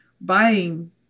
buying